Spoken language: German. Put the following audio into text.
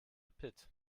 pit